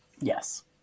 Yes